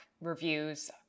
reviews